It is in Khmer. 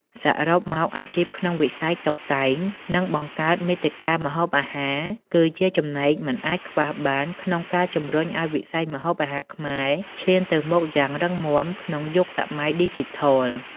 សរុបមក អាជីពក្នុងវិស័យតុបតែង និងបង្កើតមាតិកាម្ហូបអាហារ គឺជាចំណែកមិនអាចខ្វះបានក្នុងការជំរុញឱ្យវិស័យម្ហូបអាហារខ្មែរឈានទៅមុខយ៉ាងរឹងមាំក្នុងយុគសម័យឌីជីថល។